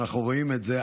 אנחנו רואים את זה,